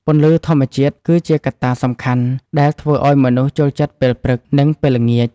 ពន្លឺធម្មជាតិគឺជាកត្តាសំខាន់ដែលធ្វើឱ្យមនុស្សចូលចិត្តពេលព្រឹក និងពេលល្ងាច។